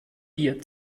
sie